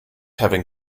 having